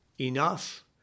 enough